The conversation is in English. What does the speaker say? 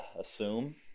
assume